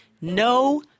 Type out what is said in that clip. no